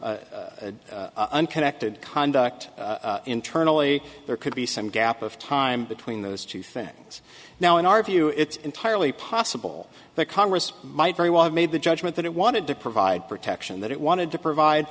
entirely unconnected conduct internally there could be some gap of time between those two things now in our view it's entirely possible that congress might very well have made the judgment that it wanted to provide protection that it wanted to provide